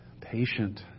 patient